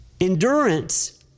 Endurance